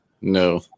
no